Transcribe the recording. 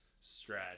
stretch